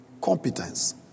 competence